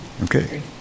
Okay